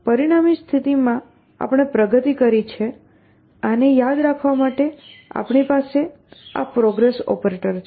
પરિણામી સ્થિતિમાં આપણે પ્રગતિ કરી છે આને યાદ રાખવા માટે આપણી પાસે આ પ્રોગ્રેસ ઓપરેટર છે